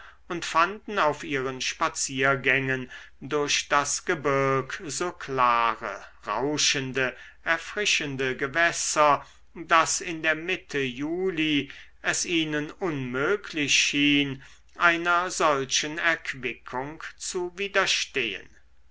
und fanden auf ihren spaziergängen durch das gebirg so klare rauschende erfrischende gewässer daß in der mitte juli es ihnen unmöglich schien einer solchen erquickung zu widerstehen